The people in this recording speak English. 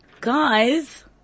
Guys